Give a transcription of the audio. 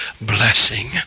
blessing